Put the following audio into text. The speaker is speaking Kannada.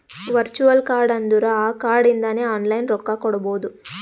ವರ್ಚುವಲ್ ಕಾರ್ಡ್ ಅಂದುರ್ ಆ ಕಾರ್ಡ್ ಇಂದಾನೆ ಆನ್ಲೈನ್ ರೊಕ್ಕಾ ಕೊಡ್ಬೋದು